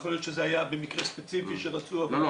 יכול להיות שזה היה במקרה ספציפי שרצו --- לא,